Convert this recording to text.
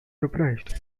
surprised